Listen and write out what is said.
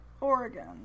Oregon